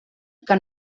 que